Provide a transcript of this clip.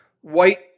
White